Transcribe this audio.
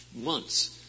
months